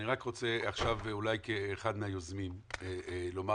אני רק רוצה עכשיו כאחד היוזמים לומר